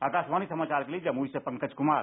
आकाशवाणी समाचार के लिए जमुई से पंकज कुमार